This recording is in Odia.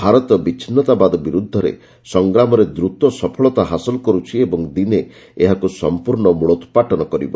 ଭାରତ ବିଚ୍ଛିନ୍ନତାବାଦ ବିରୁଦ୍ଧରେ ସଂଗ୍ରାମରେ ଦ୍ରତ ସଫଳତା ହାସଲ କରୁଛି ଓ ଦିନେ ଏହାକୁ ସମ୍ପର୍ଶ୍ଣ ମୂଳୋତ୍ପାଟନ କରିବ